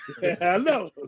Hello